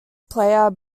player